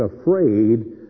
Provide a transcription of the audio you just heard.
afraid